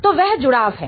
तो वह जुड़ाव है